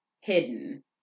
hidden